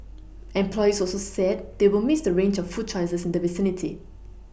employees also said they will Miss the range of food choices in the vicinity